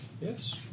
yes